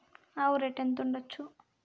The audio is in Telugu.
ఆవు రేటు ఎంత ఉండచ్చు?